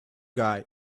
guy